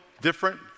different